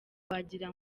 wagira